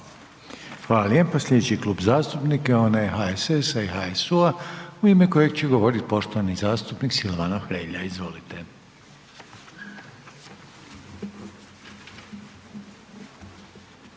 Hvala lijepa. Sljedeći klub zastupnika je onaj HSLS-a i Reformista u ime kojeg će govoriti poštovani zastupnik Dario Hrebak. Izvolite.